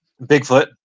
Bigfoot